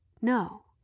No